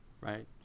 right